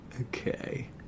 Okay